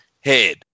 head